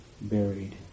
buried